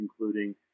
including